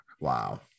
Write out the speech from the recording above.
Wow